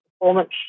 performance